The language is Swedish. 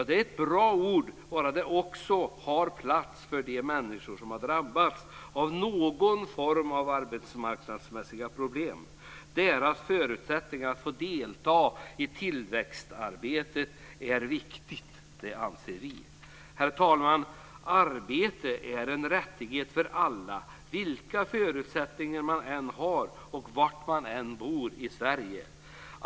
Det är ett bra ord bara det också omfattar de människor som har drabbats av någon form av arbetsmarknadsmässiga problem. Deras förutsättningar att få delta i tillväxtarbetet är viktiga för Folkpartiet. Herr talman! Arbete är en rättighet för alla, vilka förutsättningar man än har och var man än bor i Sverige.